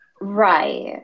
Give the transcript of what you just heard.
Right